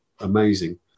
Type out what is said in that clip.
amazing